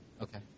Okay